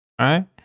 right